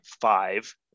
five